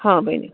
ہاں ؤنِو